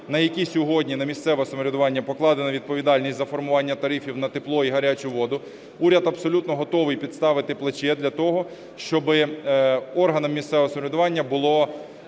на яких сьогодні, на місцеве самоврядування покладено відповідальність за формування тарифів на тепло і гарячу воду. Уряд абсолютно готовий підставити плече для того, щоб органам місцевого самоврядування було